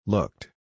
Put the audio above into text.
Looked